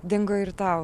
dingo ir ta aura